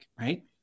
right